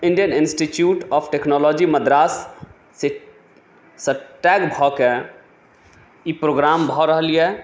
Indian institute of technology मद्राससँ tag भऽके ई प्रोग्राम भऽ रहल यऽ